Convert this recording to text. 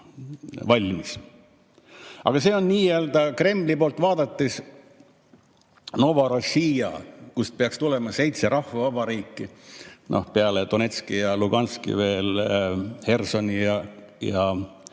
Aga see on nii-öelda Kremli poolt vaadates Novorossija, kuhu peaks tulema seitse rahvavabariiki, peale Donetski ja Luganski veel Herson ja Harkov